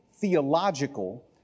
theological